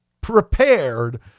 prepared